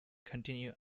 continue